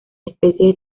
especies